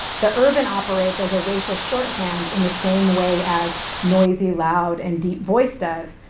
the urban operates as a racial shorthand in the same way as noisy, loud, and deep voice does.